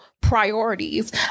priorities